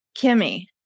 Kimmy